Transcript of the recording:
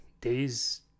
days